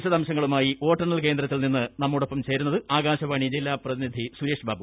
വിശദവിവരങ്ങളുമായി വോട്ടെണ്ണൽ കേന്ദ്രത്തിൽ നിന്ന് ന മ്മോടൊപ്പം ചേരുന്നു ആകാശവാണി ജില്ലാ പ്രതിനിധി സുരേഷ് ബാബു